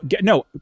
no